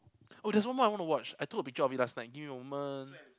oh there's one more I want to watch I took a picture of it last night give me a moment